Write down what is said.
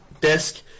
desk